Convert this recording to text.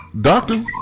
Doctor